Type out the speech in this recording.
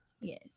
Yes